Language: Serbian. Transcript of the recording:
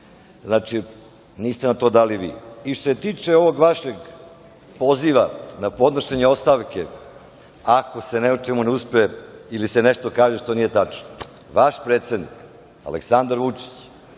Znači, niste nam to dali vi. Što se tiče ovog vašeg poziva na podnošenje ostavke ako se u nečemu ne uspe ili se nešto kaže što nije tačno, vaš predsednik Aleksandar Vučić